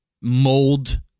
mold